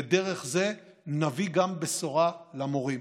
ודרך זה נביא בשורה גם למורים.